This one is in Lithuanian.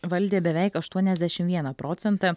valdė beveik aštuoniasdešimt vieną procentą